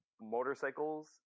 motorcycles